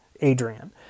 adrian